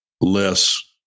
less